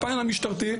בפן המשטרתי,